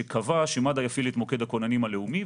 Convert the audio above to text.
שקבע שמד"א יפעיל את מוקד הכוננים הלאומי,